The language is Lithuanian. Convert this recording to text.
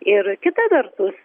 ir kita vertus